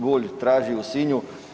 Bulj traži u Sinju.